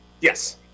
Yes